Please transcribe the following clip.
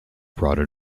brought